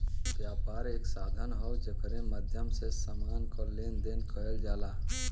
व्यापार एक साधन हौ जेकरे माध्यम से समान क लेन देन करल जाला